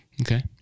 Okay